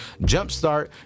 Jumpstart